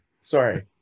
sorry